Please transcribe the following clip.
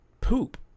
poop